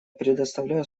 предоставляю